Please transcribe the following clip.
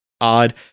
odd